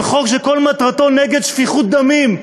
על חוק שכל מטרתו נגד שפיכות דמים,